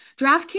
DraftKings